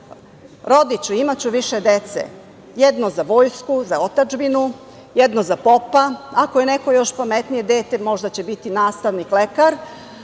rodiću, imaću više dece, jedno za vojsku, za otadžbinu, jedno za popa, ako je neko pametnije dete možda će biti nastavnik, lekar,